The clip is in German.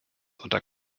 unter